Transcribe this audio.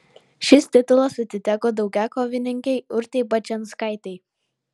šis titulas atiteko daugiakovininkei urtei bačianskaitei